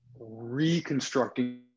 Reconstructing